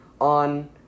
on